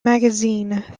magazine